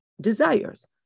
desires